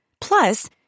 Plus